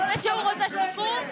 על זה שהוא רוצה שיקום?